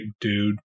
dude